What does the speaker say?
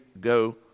go